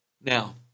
Now